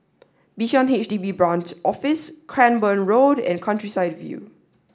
Bishan H D B Branch Office Cranborne Road and Countryside View